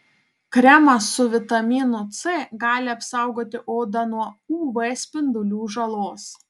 kremas su vitaminu c gali apsaugoti odą nuo uv spindulių žalos